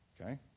Okay